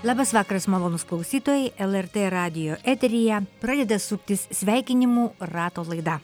labas vakaras malonūs klausytojai lrt radijo eteryje pradeda suktis sveikinimų rato laida